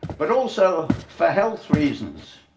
but also for health reasons.